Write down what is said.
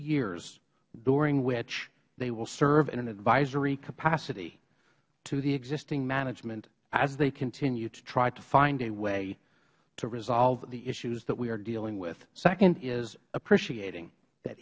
years during which they will serve in an advisory capacity to the existing management as they continued to try to find a way to resolve the issues that we are dealing with the second is appreciating that